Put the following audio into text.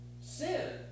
Sin